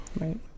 Right